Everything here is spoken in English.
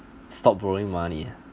stop borrowing money